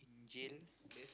jail